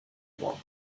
one